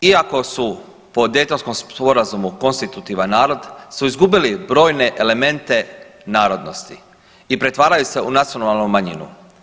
Hrvati iako su po Daytonskom sporazumu konstitutivan narod su izgubili brojne elemente narodnosti i pretvaraju se u nacionalnu manjinu.